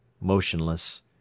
motionless